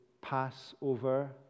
Passover